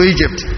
Egypt